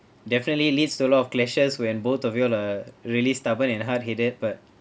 definitely leads to a lot of clashes when both of you are really stubborn and hard headed but